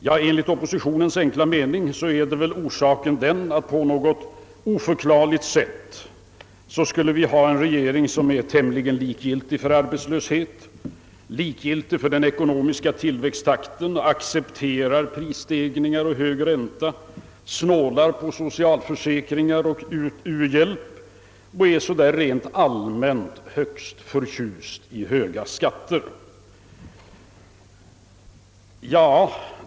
Ja, enligt oppositionens enkla mening är orsaken den att vi på något oförklarligt sätt skulle ha en regering som är tämligen likgiltig för arbetslöshet, likgiltig för den ekonomiska tillväxttakten och som accepterar pris stegringar och hög ränta, snålar på socialförsäkringar och u-hjälp och är så där rent allmänt högst förtjust i höga skatter.